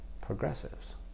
progressives